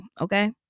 okay